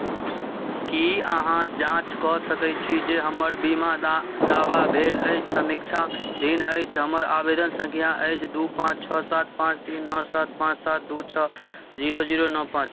की अहाँ जाँच कऽ सकैत छी जे हमर बीमा दा दावा भेल अछि समीक्षा ऋण अछि हमर आवेदन सङ्ख्या अछि दू पाँच छओ सात पाँच तीन नओ सात पाँच सात दू छओ जीरो जीरो नओ पाँच